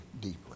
deeply